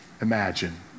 imagine